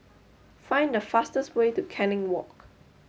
find the fastest way to Canning Walk